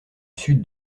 sud